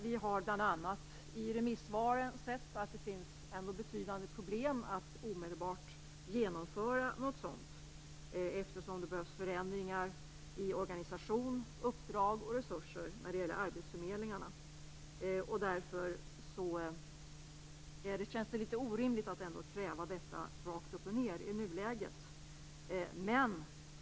Vi har sett i remissvaren att det finns betydande problem med att genomföra en sådan förändring omedelbart, eftersom det kräver förändringar i organisation, uppdrag och resurser för arbetsförmedlingarna. Därför känns det orimligt att kräva att förslaget genomförs i nuläget.